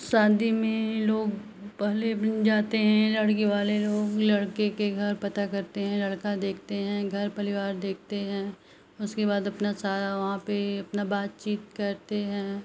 शादी में लोग पहले दिन जाते हैं लड़की वाले लोग लड़के के घर पता करते हैं लड़का देखते हैं घर परिवार देखते हैं उसके बाद अपना सारा वहाँ पर अपना बातचीत करते हैं